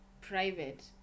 Private